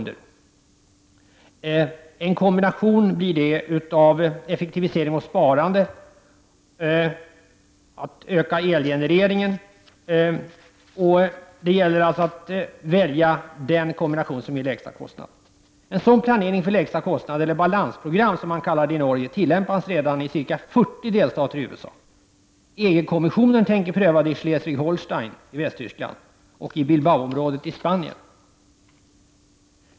Det blir alltså en kombination av effektivisering och sparande samt en ökning av elgenereringen. Det gäller alltså att välja den kombination som ger den lägsta kostnaden. En sådan planering för lägsta kostnad, eller balansprogram som det kallas i Norge, tillämpas redan i ca 40 delstater i USA. EG-kommissionen tänker pröva det i Schleswig-Holstein i Västtyskland och i Bilbaoområdet i Spanien.